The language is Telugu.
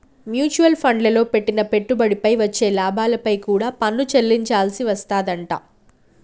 మ్యూచువల్ ఫండ్లల్లో పెట్టిన పెట్టుబడిపై వచ్చే లాభాలపై కూడా పన్ను చెల్లించాల్సి వస్తాదంట